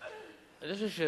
אני חושב שבזמנו,